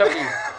שלום לכולם.